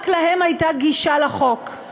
רק להם הייתה גישה לחוק.